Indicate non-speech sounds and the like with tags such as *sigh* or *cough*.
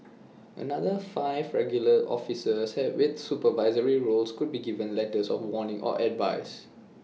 another five regular officers *unintelligible* with supervisory roles could be given letters of warning or advice